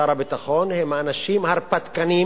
שר הביטחון, הם אנשים הרפתקנים